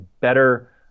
better